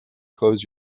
close